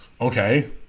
Okay